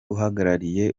uhagarariye